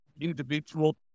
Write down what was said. individual